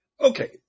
Okay